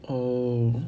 oh